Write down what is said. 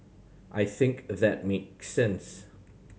I think that make sense